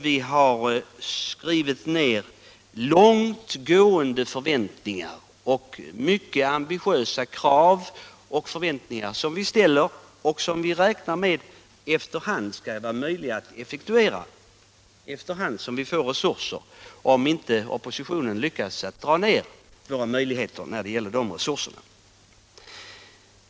Vi har också givit uttryck för långt gående förväntningar och ställt ambitiösa krav, som vi räknar med att vi efter hand skall få möjlighet att effektuera i mån av resurser, såvida inte oppositionen lyckas med att inskränka dessa.